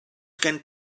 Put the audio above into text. gen